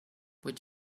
would